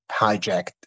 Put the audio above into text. hijacked